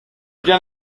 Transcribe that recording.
bien